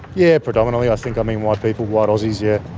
yeah predominantly i think i mean white people, white aussies. yeah.